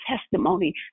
testimony